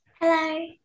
Hello